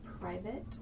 private